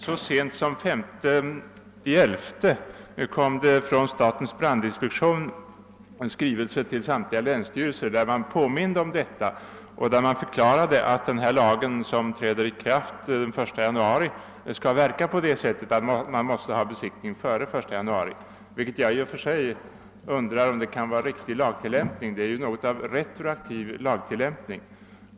Så sent som den 5 november påminde statens brandinspektion om detta i en skrivelse till samtliga länsstyrelser och förklarade att den lag som träder i kraft den 1 januari verkar på det sätttet att besiktning måste ske före detta datum. Jag undrar för övrigt om detta förfarande kan vara riktigt. Det innebär ju något av en retroaktiv = lagtillämpning.